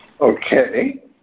Okay